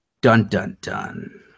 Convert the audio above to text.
Dun-dun-dun